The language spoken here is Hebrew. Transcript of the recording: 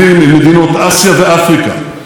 מזרח אירופה והמדינות הבלטיות,